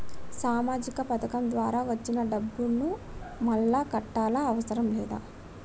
సామాజిక పథకం ద్వారా వచ్చిన డబ్బును మళ్ళా కట్టాలా అవసరం లేదా?